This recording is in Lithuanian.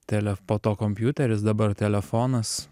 tele po to kompiuteris dabar telefonas